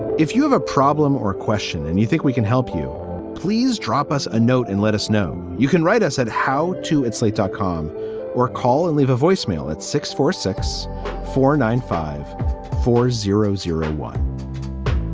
if you have a problem or a question and you think we can help you, please drop us a note and let us know. you can write us at how to add slate dot com or call and leave a voicemail at six four six four nine five four zero zero one